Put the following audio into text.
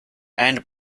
and